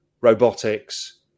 robotics